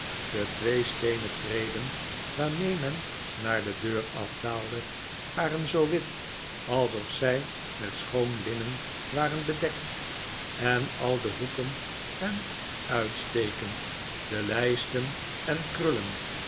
de twee steerien treden waarmee men naar de deur afdaalde waren zoo wit alsof zij met schoon linnen waren bedekt en al de hoeken en uitstekken de lijsten en krullen